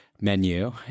menu